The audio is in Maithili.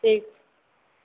ठीक छै